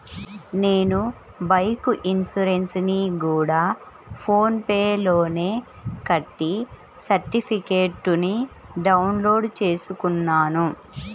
నేను బైకు ఇన్సురెన్సుని గూడా ఫోన్ పే లోనే కట్టి సర్టిఫికేట్టుని డౌన్ లోడు చేసుకున్నాను